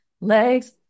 Legs